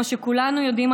כמו שכולנו יודעים,